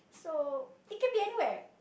so it can be anywhere